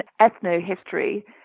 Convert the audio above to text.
ethno-history